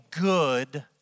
good